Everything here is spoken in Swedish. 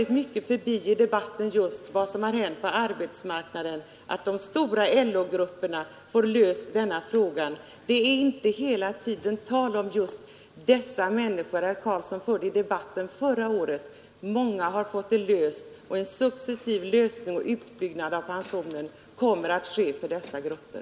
Herr Carlsson går i debatten förbi vad som har hänt på arbetsmarknaden, där denna fråga blir löst för de stora LO-grupperna. Det är inte längre tal om alla de glömda människor som herr Carlsson tog upp i debatten förra året. Många har fått pensionsfrågan löst, och en successiv utbyggnad av pensionen kommer att ske för dessa grupper.